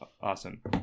Awesome